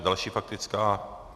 Další faktická.